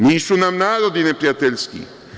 Nisu nam narodi neprijateljski.